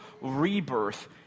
rebirth